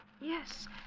Yes